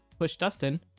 PushDustin